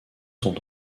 sont